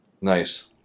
Nice